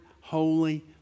holy